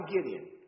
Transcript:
Gideon